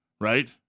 right